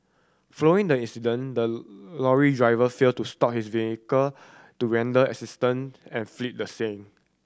following the accident the lorry driver failed to stop his vehicle to render assistance and fled the scene